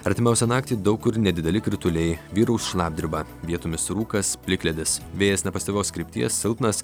artimiausią naktį daug kur nedideli krituliai vyraus šlapdriba vietomis rūkas plikledis vėjas nepastovios krypties silpnas